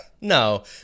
No